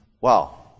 wow